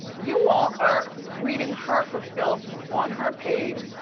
you all are reading her for filth on her page,